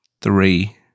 Three